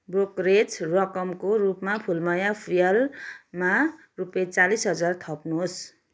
brokerage रकमको रूपमा फुलमाया फुँयालमा रुपियाँ चालिस हजार थप्नुहोस्